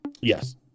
Yes